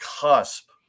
cusp